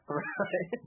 right